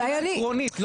אני מדבר מבחינה עקרונית.